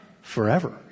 Forever